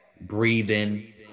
breathing